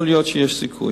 יכול להיות שיש סיכוי.